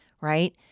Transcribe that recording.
right